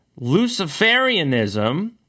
Luciferianism